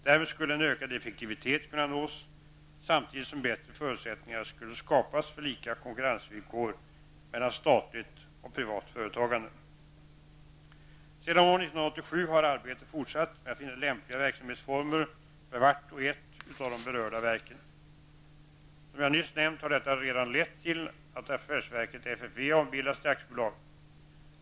Därmed skulle en ökad effektivitet kunna nås, samtidigt som bättre förutsättningar skulle skapas för lika konkurrensvillkor mellan statligt och privat företagande. Sedan år 1987 har arbetet fortsatt med att finna lämpliga verksamhetsformer för vart och ett av de berörda verken. Som jag nyss nämnt har detta redan lett till att affärsverket FFV har ombildats till aktiebolag.